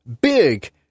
big